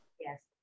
Yes